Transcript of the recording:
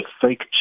fake